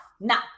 Now